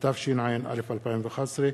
התשע”ב 2012,